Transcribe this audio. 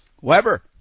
Weber